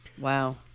Wow